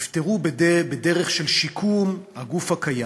יפתרו בדרך של שיקום הגוף הקיים,